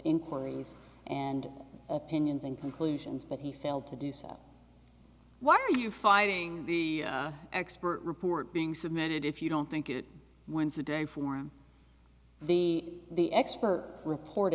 inquiries and opinions and conclusions but he still to do so why are you fighting the expert report being submitted if you don't think it wins the day for him the the expert report